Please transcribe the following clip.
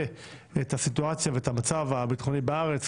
את הסיטואציה ואת המצב הביטחוני בארץ,